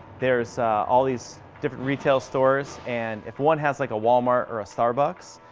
there's all these different retail stores, and if one has like a walmart, or a starbucks,